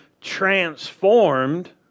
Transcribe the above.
transformed